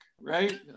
right